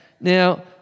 Now